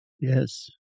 Yes